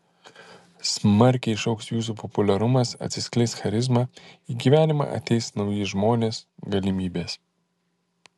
smarkiai išaugs jūsų populiarumas atsiskleis charizma į gyvenimą ateis nauji žmonės galimybės